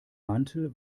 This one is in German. mantel